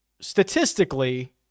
statistically